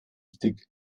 stick